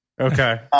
Okay